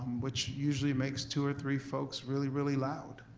which usually makes two or three folks really, really loud,